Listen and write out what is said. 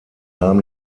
nahm